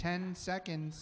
ten seconds